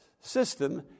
system